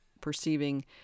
perceiving